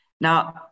Now